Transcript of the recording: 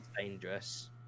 dangerous